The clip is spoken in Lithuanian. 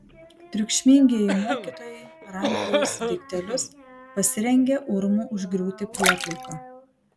triukšmingieji mokytojai rankiojosi daiktelius pasirengę urmu užgriūti prieplauką